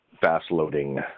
fast-loading